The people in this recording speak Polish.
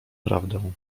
prawdę